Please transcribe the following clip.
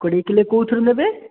କୋଡ଼ିଏ କିଲେ କେଉଁଥିରୁ ନେବେ